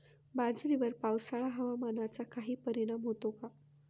बाजरीवर पावसाळा हवामानाचा काही परिणाम होतो का?